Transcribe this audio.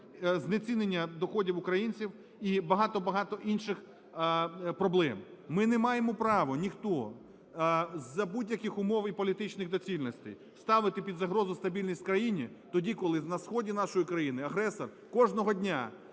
знецінення доходів українців і багато-багато інших проблем. Ми не маємо права, ніхто, за будь-яких умов і політичнихдоцільностей ставити під загрозу стабільність в країні тоді, коли на сході нашої країни агресор кожного дня